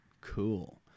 cool